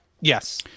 Yes